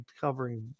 covering